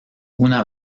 una